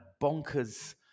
bonkers